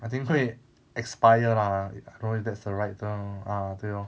I think 会 expire lah I don't know if that's the right term ah 对 lor